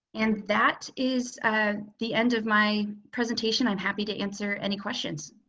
and that is ah the end of my presentation, i'm happy to answer any questions.